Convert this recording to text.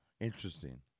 Interesting